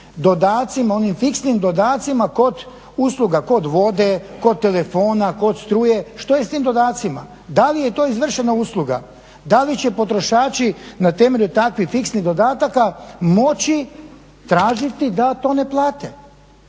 dodacima onim fiksnim dodacima kod usluga kod vode, kod telefona, kod struje što je s tim dodacima? Da li je to izvršena usluga, da li će potrošači na temelju takvih fiksnih dodataka moći tražiti da to ne plate?